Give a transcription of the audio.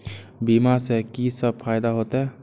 बीमा से की सब फायदा होते?